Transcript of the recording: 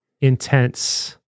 intense